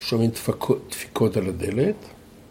שומעים דפיקות על הדלת